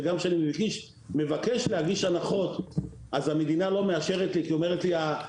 וגם כשאני מבקש להגיש הנחות המדינה לא מאשרת לי כי היא אומרת שהארנונה